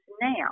now